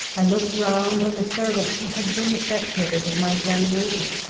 i looked round on the servants who had been the spectators of my examination,